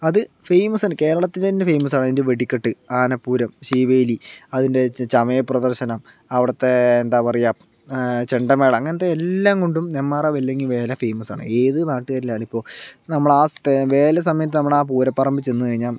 അത് ഫേമസ് ആണ് കേരളത്തിൽ തന്നെ ഫേമസ് ആണ് അതിൻ്റെ വെടിക്കെട്ട് ആനപ്പൂരം ശീവേലി അതിൻ്റെ ചമയ പ്രദർശനം അവിടുത്തേ എന്താ പറയുക ചെണ്ടമേളം അങ്ങനത്തെ എല്ലാം കൊണ്ടും നെമ്മാറ വല്ലങ്കി വേല ഫേമസ് ആണ് ഏത് നാട്ട്കാരിലാണിപ്പോൾ നമ്മൾ ആ വേലസമയത്ത് നമ്മൾ ആ പൂര പറമ്പിൽ ചെന്ന് കഴിഞ്ഞാൽ